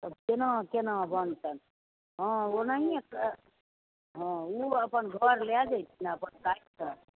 अब केना केना बनेतन हँ ओनाहिये तऽ हँ ओ अपन घर लै जेथिन अपन काटि कऽ